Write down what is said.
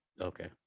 okay